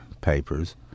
papers